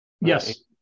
Yes